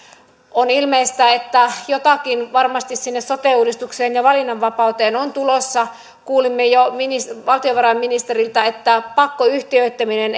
on ilmeistä että jotakin varmasti sinne sote uudistukseen ja valinnanvapauteen on tulossa kuulimme jo valtiovarainministeriltä että pakkoyhtiöittäminen